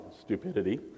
stupidity